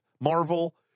Marvel